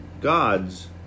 God's